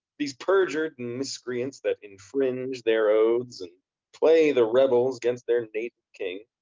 these perjured miscreants that infringe their oaths, and play the rebels gainst their native king,